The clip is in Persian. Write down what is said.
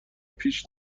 بیش